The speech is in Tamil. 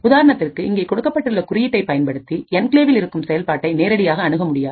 உதாரணத்திற்கு இங்கே கொடுக்கப்பட்டுள்ள குறியீட்டை பயன்படுத்தி என்கிளேவ் இல் இருக்கும் செயல்பாட்டை நேரடியாக அணுகமுடியாது